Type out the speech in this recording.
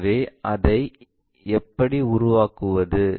எனவே அதை எப்படி உருவாக்குவது